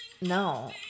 no